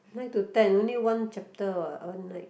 nine to ten only one chapter what one night